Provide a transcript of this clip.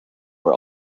were